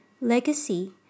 legacy